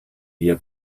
wir